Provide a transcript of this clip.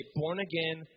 born-again